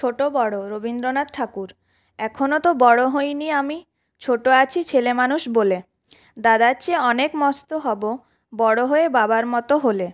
ছোটো বড়ো রবীন্দ্রনাথ ঠাকুর এখনও তো বড়ো হইনি আমি ছোটো আছি ছেলে মানুষ বলে দাদার চেয়ে অনেক মস্ত হব বড়ো হয়ে বাবার মত হলে